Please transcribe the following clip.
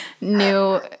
new